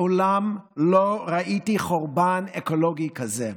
מעולם לא ראיתי חורבן אקולוגי כזה.